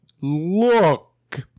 look